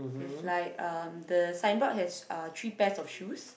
with like um the signboard has uh three pairs of shoes